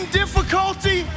difficulty